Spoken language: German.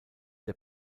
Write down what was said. der